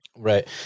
right